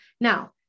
Now